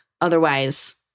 otherwise